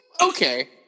Okay